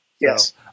Yes